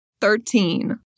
Thirteen